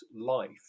life